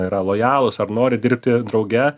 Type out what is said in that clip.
yra lojalūs ar nori dirbti drauge